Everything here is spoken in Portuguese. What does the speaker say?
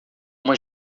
uma